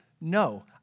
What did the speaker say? No